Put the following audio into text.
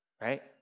right